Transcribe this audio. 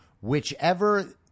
whichever